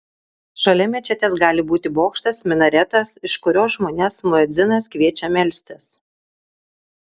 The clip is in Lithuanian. šalia mečetės gali būti bokštas minaretas iš kurio žmones muedzinas kviečia melstis